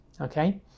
okay